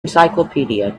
encyclopedia